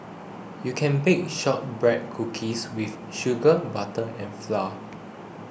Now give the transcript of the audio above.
you can bake Shortbread Cookies with sugar butter and flour